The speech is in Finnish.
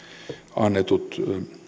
annetut